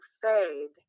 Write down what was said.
fade